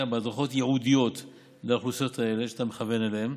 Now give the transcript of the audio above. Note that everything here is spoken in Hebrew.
בהדרכות ייעודיות לאוכלוסיות אלו שאתה מכוון אליהן.